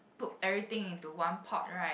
put everything into one pot right